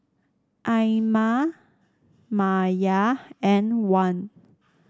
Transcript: Aina Maya and Wan